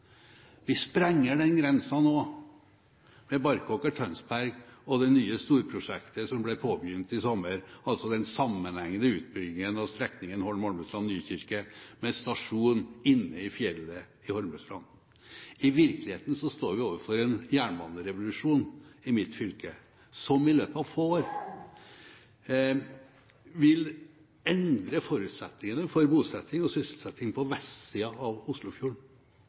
Vi sprenger den grensen nå med Barkåker–Tønsberg og det nye storprosjektet som ble påbegynt i sommer, altså den sammenhengende utbyggingen av strekningen Holmestrand–Nykirke, med stasjon inne i fjellet i Holmestrand. I virkeligheten står vi overfor en jernbanerevolusjon i mitt fylke, som i løpet av få år vil endre forutsetningene for bosetting og sysselsetting på vestsiden av